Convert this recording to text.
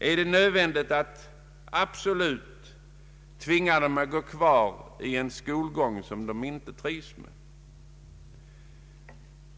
Är det nödvändigt att tvinga dem att gå kvar i en skolgång som de inte trivs med?